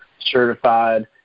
certified